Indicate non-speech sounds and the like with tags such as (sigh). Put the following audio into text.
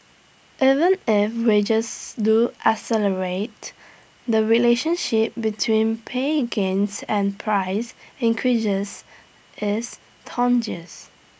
even if wages do accelerate the relationship between pay A gains and price increases is (unintelligible)